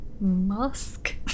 musk